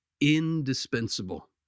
indispensable